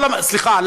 סליחה,